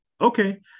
okay